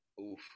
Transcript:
Oof